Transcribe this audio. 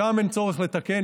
שם אין צורך לתקן.